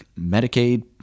Medicaid